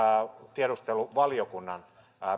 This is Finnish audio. tiedusteluvaliokunnan